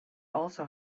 also